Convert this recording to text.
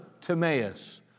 Timaeus